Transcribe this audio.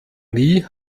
nie